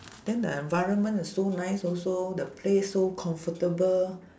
then the environment is so nice also the place so comfortable